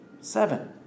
seven